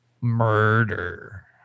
Murder